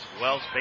Wells